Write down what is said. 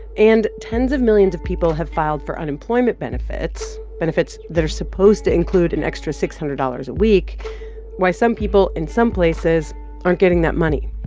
and tens of millions of people have filed for unemployment benefits, benefits that are supposed to include an extra six hundred dollars a week why some people in some places aren't getting that money.